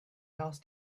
asked